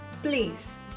Please